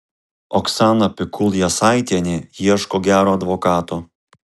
oksana pikul jasaitienė ieško gero advokato